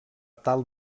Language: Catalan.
tal